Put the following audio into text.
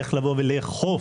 איך לאכוף.